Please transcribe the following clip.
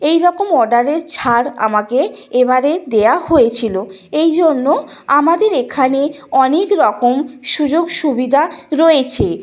এই রকম অর্ডারের ছাড় আমাকে এবারে দেওয়া হয়েছিল এই জন্য আমাদের এখানে অনেক রকম সুযোগ সুবিধা রয়েছে